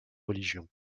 religions